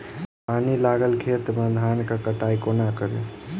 पानि लागल खेत मे धान केँ कटाई कोना कड़ी?